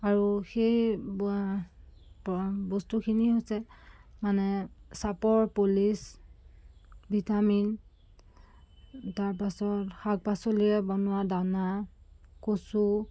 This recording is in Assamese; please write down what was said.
আৰু সেই বস্তুখিনি হৈছে মানে চাপৰ পুলিচ ভিটামিন তাৰপাছত শাক পাচলিৰে বনোৱা দানা কচু